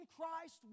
Christ